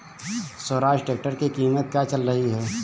Swaraj tractor की कीमत क्या चल रही है?